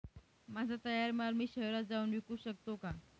माझा तयार माल मी शहरात जाऊन विकू शकतो का?